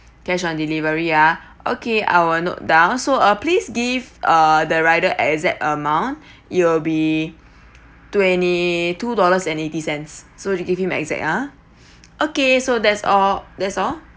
cash on delivery uh okay I will note down so uh please give uh the rider exact amount it will be twenty two dollars and eighty cents so you give him exact uh okay so that's all that's all